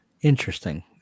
Interesting